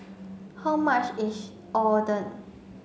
how much is Oden